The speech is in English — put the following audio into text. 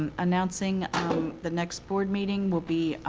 and announcing the next board meeting will be